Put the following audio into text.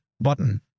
Button